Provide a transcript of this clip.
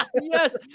Yes